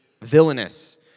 villainous